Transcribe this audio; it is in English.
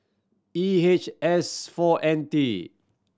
E H S four N T